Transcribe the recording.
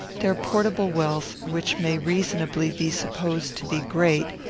their portable wealth, which may reasonably be supposed to be great,